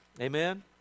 Amen